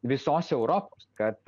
visos europos kad